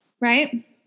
right